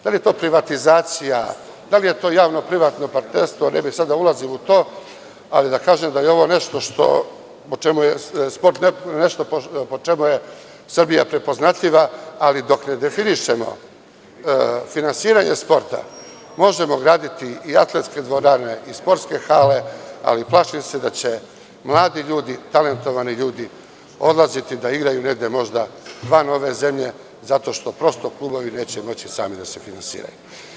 Da li je to privatizacija, da li je to javno privatno partnerstvo, ne bih sad da ulazim u to, ali da kažem da je sport nešto po čemu je Srbija prepoznatljiva i dok ne definišemo finansiranje sporta, možemo graditi i atletske dvorane i sportske hale, ali plašim se da će mladi ljudi, talentovani ljudi odlaziti da igraju negde možda vanove zemlje, zato što prosto klubovi neće moći sami da se finansiraju.